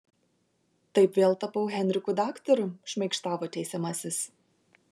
taip vėl tapau henriku daktaru šmaikštavo teisiamasis